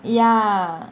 ya